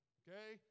okay